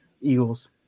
Eagles